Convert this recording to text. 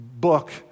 book